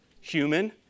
human